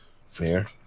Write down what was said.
Fair